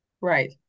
Right